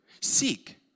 Seek